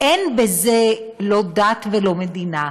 אין בזה לא דת ולא מדינה,